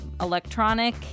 electronic